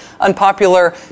unpopular